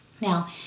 Now